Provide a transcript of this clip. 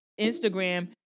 Instagram